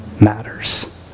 matters